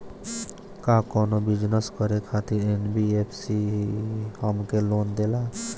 का कौनो बिजनस करे खातिर एन.बी.एफ.सी हमके लोन देला?